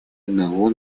одного